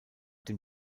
dem